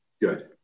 good